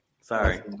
Sorry